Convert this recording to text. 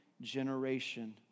generation